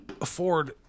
afford